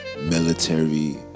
military